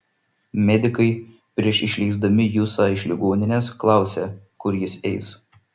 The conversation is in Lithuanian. medikai prieš išleisdami jusą iš ligoninės klausė kur jis eis